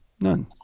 none